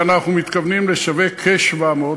ואנחנו מתכוונים לשווק כ-700,